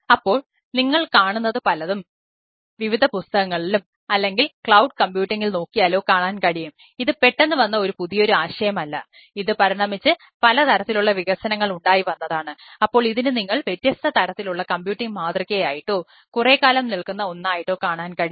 അപ്പോൾ നിങ്ങൾ കാണുന്നത് പലതും വിവിധ പുസ്തകങ്ങളിലും അല്ലെങ്കിൽ ക്ലൌഡ് കമ്പ്യൂട്ടിംഗിൽ മാതൃകയായിട്ടോ കുറെക്കാലം നിൽക്കുന്ന ഒന്നായിട്ടോ കാണാൻ കഴിയും